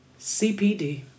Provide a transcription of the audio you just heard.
CPD